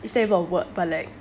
is that even a word but like